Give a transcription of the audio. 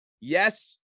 Yes